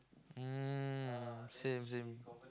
um same same